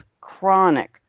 chronic